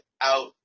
out